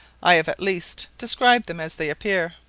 i have at least described them as they appear.